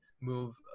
move